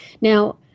Now